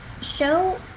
show